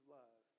love